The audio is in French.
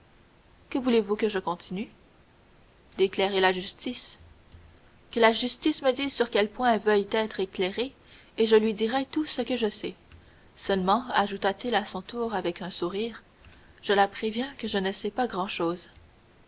que voulez-vous que je continue d'éclairer la justice que la justice me dise sur quel point elle veut être éclairée et je lui dirai tout ce que je sais seulement ajouta-t-il à son tour avec un sourire je la préviens que je ne sais pas grand-chose